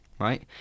right